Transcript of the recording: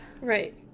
Right